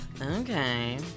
Okay